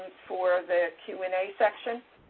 for the q and a section.